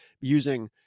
using